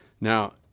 Now